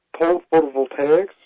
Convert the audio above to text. photovoltaics